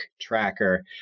Tracker